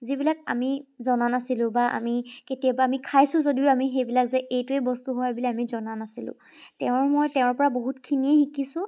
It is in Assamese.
যিবিলাক আমি জনা নাছিলোঁ বা আমি কেতিয়াবা আমি খাইছোঁ যদিও আমি সেইবিলাক যে এইটোৱে বস্তু হয় বুলি আমি জনা নাছিলোঁ তেওঁৰ মই তেওঁৰ পা বহুতখিনিয়েই শিকিছোঁ